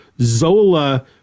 Zola